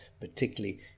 particularly